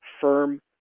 firm